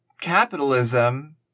capitalism